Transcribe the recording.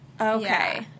Okay